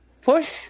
push